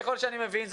ככל שאני מבין,